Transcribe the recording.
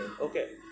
Okay